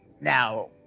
Now